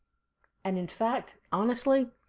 and in fact, honestly,